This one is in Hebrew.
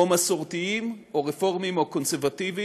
או מסורתיים, או רפורמים, או קונסרבטיבים,